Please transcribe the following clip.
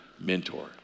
mentor